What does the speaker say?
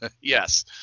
Yes